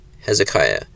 Hezekiah